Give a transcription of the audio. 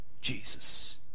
Jesus